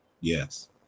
Yes